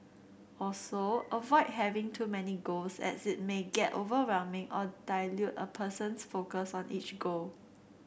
also avoid having too many goals as it may get overwhelming or dilute a person's focus on each goal